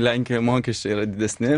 lenkijoje mokesčiai yra didesni